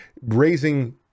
raising